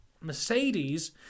Mercedes